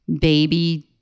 baby